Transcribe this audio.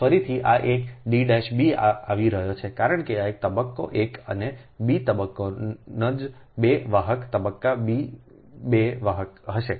ફરીથી આ એક D'b આવી રહ્યું છે કારણ કે તે તબક્કો એક અને બી તબક્કોમાં જ બે વાહક તબક્કા બી બે વાહક હશે